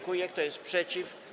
Kto jest przeciw?